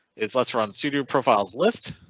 is let's run sudo profiles list.